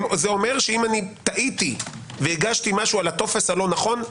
זה אומר שאם טעיתי והגשתי משהו על הטופס הלא נכון,